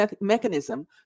mechanism